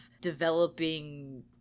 developing